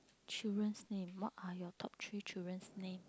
children's name